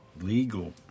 legal